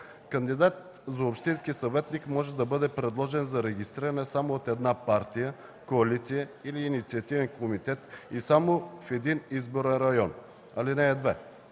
Кандидат за общински съветник може да бъде предложен за регистриране само от една партия, коалиция или инициативен комитет и само в един изборен район. (2) Кандидат